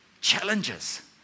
challenges